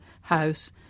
house